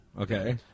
okay